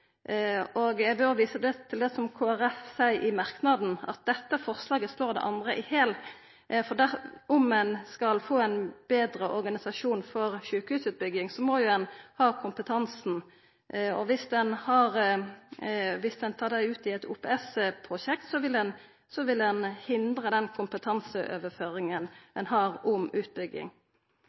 fornuftig? Eg vil òg visa til det Kristeleg Folkeparti skriv i merknaden, at dette forslaget slår det andre i hel. Om ein skal få ei betre organisering i sjukehusutbygginga, må ein ha kompetansen. Viss ein tar det ut i eit OPS-prosjekt, vil ein hindra kompetanseoverføring når det gjeld utbygging. Til punktet om å justera dagens finansieringsregelverk: Det har, heilt riktig, regjeringa sjølv foreslått. Ein